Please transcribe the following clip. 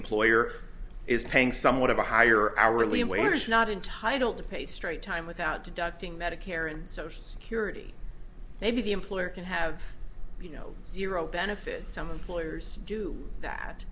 employer is paying somewhat of a higher hourly wage is not entitle to pay straight time without deducting medicare and social security maybe the employer can have you know zero benefits some employers do